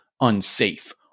unsafe